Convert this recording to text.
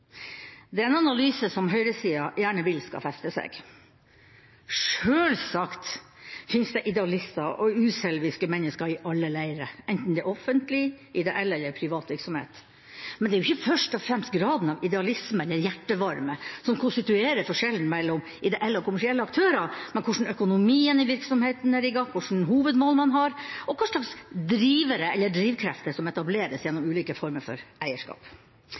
analyse som høyresida gjerne vil skal festne seg. Selvsagt fins det idealister og uselviske mennesker i alle leire, enten det er offentlig, ideell eller privat virksomhet. Men det er ikke først og fremst graden av idealisme eller hjertevarme som konstituerer forskjellen mellom ideelle og kommersielle aktører, det er hvordan økonomien i virksomheten er rigget, hvilke hovedmål man har, og hva slags drivkrefter som etableres gjennom ulike former for eierskap.